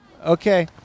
Okay